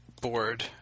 board